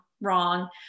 wrong